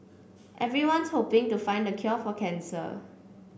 everyone's hoping to find the cure for cancer